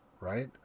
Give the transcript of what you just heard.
right